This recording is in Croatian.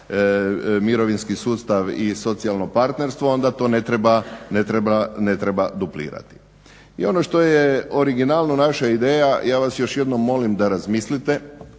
mirovinski sustav i socijalno partnerstvo onda to ne treba duplirati. I ono što je originalno naše ideja, ja vas još jednom molim da razmislite